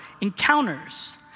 encounters